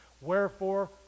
Wherefore